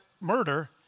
murder